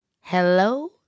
Hello